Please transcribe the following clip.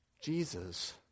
Jesus